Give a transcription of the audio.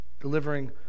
delivering